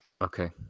okay